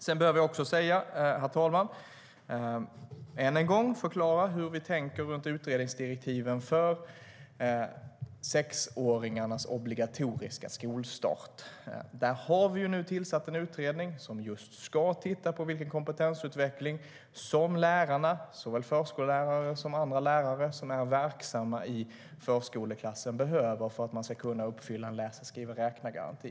Sedan behöver jag också, herr talman, än en gång förklara hur vi tänker runt utredningsdirektiven för sexåringarnas obligatoriska skolstart. Där har vi tillsatt en utredning som ska titta på vilken kompetensutveckling som lärarna - såväl förskollärare som andra lärare som är verksamma i förskoleklassen - behöver för att man ska kunna uppfylla en läsa-skriva-räkna-garanti.